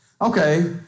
Okay